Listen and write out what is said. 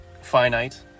finite